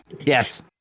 yes